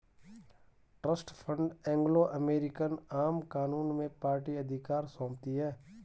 trust fund Anglo American आम कानून में पार्टी अधिकार सौंपती है